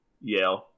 Yale